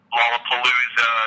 Lollapalooza